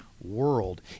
world